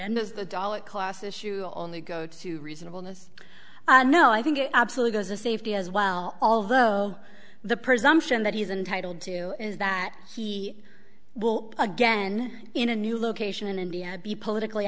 is the dollar cost issue only go to reasonable notice no i think it absolutely goes a safety as well although the presumption that he's entitled to is that he will again in a new location in india be politically